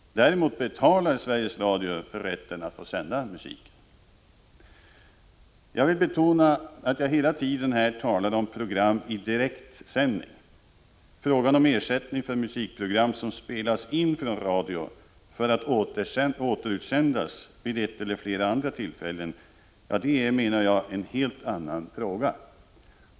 Däremot betalar Sveriges Radio för rätten att få sända musik. Jag vill betona att jag hela tiden här talar om program i direkt sändning. Frågan om ersättning för musikprogram som spelas in från radio för att återutsändas vid ett eller flera andra tillfällen är, menar jag, en helt annan fråga.